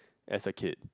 as a kid